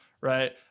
right